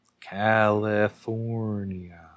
California